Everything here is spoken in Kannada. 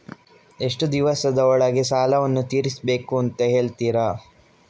ಎಷ್ಟು ದಿವಸದ ಒಳಗೆ ಸಾಲವನ್ನು ತೀರಿಸ್ಬೇಕು ಅಂತ ಹೇಳ್ತಿರಾ?